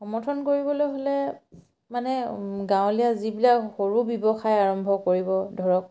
সমৰ্থন কৰিবলৈ হ'লে মানে গাঁৱলীয়া যিবিলাক সৰু ব্যৱসায় আৰম্ভ কৰিব ধৰক